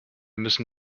müssen